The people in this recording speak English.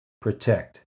protect